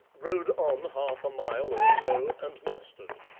rode on half a mile or so and mustered.